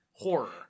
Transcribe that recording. horror